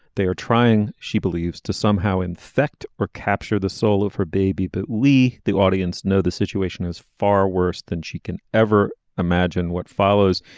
they are trying she believes to somehow infect or capture the soul of her baby but we the audience know the situation is far worse than she can ever imagine. what follows